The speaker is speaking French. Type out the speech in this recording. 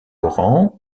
laurent